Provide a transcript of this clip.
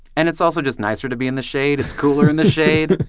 and it's also just nicer to be in the shade. it's cooler in the shade.